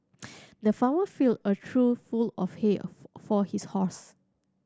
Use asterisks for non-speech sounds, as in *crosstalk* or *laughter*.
*noise* the farmer filled a trough full of hay for his horse